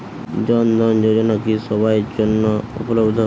জন ধন যোজনা কি সবায়ের জন্য উপলব্ধ?